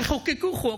תחוקקו חוק,